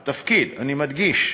התפקיד, אני מדגיש,